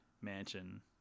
mansion